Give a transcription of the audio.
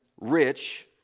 rich